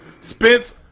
Spence